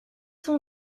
son